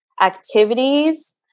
activities